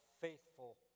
faithful